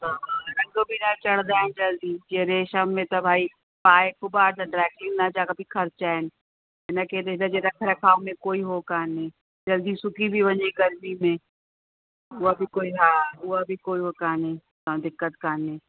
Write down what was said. हा रंग बि न चढ़ंदा आहिनि जल्दी जीअं रेशम में त भाई पाए त ड्रायक्लीन जा बि ख़ूब ख़र्च आहिनि हिनजे रख रखाव में कोई हू काने जल्दी सुकी बि वञे गर्मी में उहा बि कोई हा उहा बि कोई हो कान्हे का दिक़त काने